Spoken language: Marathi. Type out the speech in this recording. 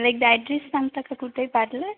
आणि एकदा एड्रेस सांगता का कुठे आहे पार्लर